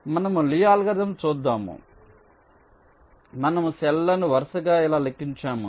మనము Lee algorithm చూద్దాము మనము సెల్ లను వరుసగా ఇలా లెక్కించాము